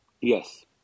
yes